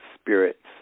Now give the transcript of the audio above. spirits